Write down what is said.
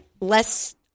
Less